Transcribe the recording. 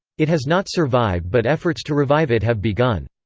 it has not survived but efforts to revive it have begun.